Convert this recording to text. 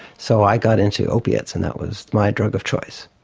so i got into opiates and that was my drug of choice.